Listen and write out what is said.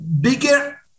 bigger